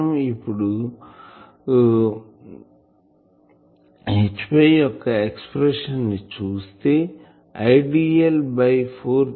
మనం ఇప్పుడు మనం Hϕ యొక్క ఎక్సప్రెషన్ ని చూస్తే I